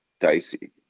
dicey